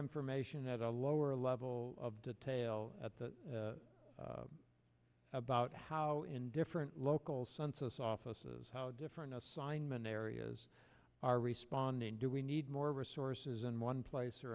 information at a lower level of detail at the about how in different local census offices how different assignment areas are responding do we need more resources in one place or